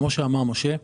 כמו שאמר משה,